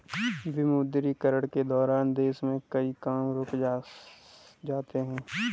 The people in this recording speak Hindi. विमुद्रीकरण के दौरान देश में कई काम रुक से जाते हैं